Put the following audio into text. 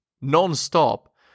non-stop